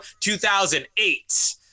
2008